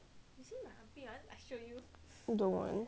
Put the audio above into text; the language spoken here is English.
don't want